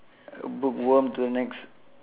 a bookworm to the next